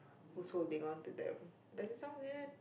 whose holding on to them does it sound weird